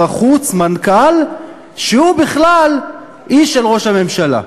החוץ מנכ"ל שהוא בכלל איש של ראש הממשלה,